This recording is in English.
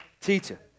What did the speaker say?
Teacher